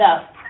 up